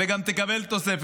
וגם תקבל תוספת.